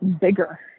bigger